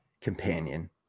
companion